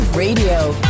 Radio